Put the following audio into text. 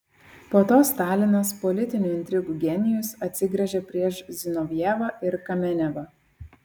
po to stalinas politinių intrigų genijus atsigręžė prieš zinovjevą ir kamenevą